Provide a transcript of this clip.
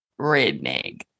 redneck